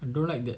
I don't like that